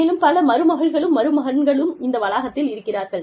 மேலும் பல மருமகள்களும் மருமகன்களும் இந்த வளாகத்தில் இருக்கிறார்கள்